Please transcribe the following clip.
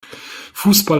fußball